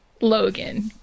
Logan